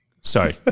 Sorry